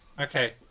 Okay